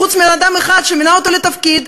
חוץ מאדם אחד שמינה אותו לתפקיד,